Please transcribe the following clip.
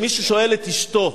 מי ששואל את אשתו: